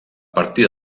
partir